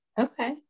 Okay